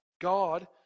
God